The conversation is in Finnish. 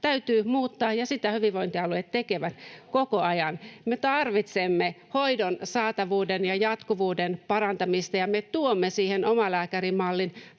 täytyy muuttaa, ja sitä hyvinvointialueet tekevät koko ajan. Me tarvitsemme hoidon saatavuuden ja jatkuvuuden parantamista, ja me tuomme siihen omalääkärimallin.